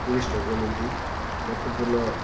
टुरिस्टहरको निम्ति महत्त्वपूर्ण